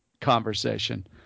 conversation